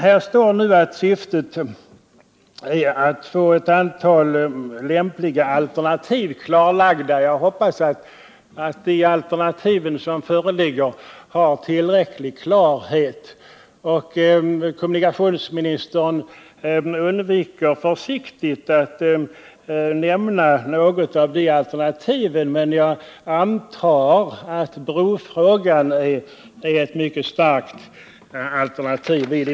Här står nu i svaret att syftet är att få ett antal lämpliga alternativ klarlagda. Jag hoppas att de alternativ som föreligger är tillräckligt klara. Kommunikationsministern undviker försiktigtvis att nämna något av dem, men jag antar att brofrågan är ett mycket starkt alternativ.